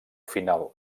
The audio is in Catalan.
final